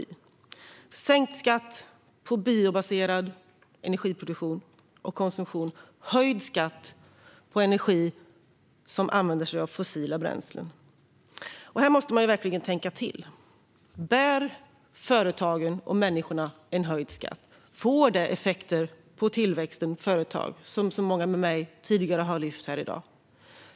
Det innebär sänkt skatt på biobaserad energiproduktion och energikonsumtion och höjd skatt på energi som använder sig av fossila bränslen. Här måste man verkligen tänka till. Bär företagen och människorna en höjd skatt? Får det effekter på tillväxten av företag, som många med mig tidigare har lyft fram här i dag?